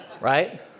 Right